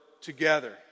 together